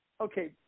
okay